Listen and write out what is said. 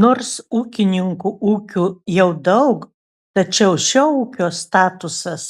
nors ūkininkų ūkių jau daug tačiau šio ūkio statusas